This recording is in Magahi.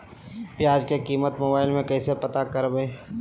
प्याज की कीमत मोबाइल में कैसे पता करबै?